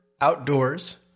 outdoors